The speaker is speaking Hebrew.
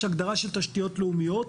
יש הגדרה של תשתיות לאומיות,